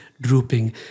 drooping